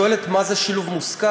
בסוף, את שואלת מה זה שילוב מושכל?